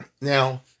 Now